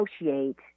negotiate